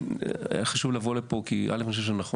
היה לי חשוב לבוא לפה כי אני חושב שאנחנו